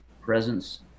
presence